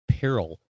peril